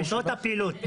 בשעות הפעילות?